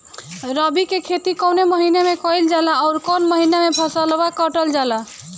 रबी की खेती कौने महिने में कइल जाला अउर कौन् महीना में फसलवा कटल जाला?